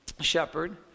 shepherd